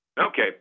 Okay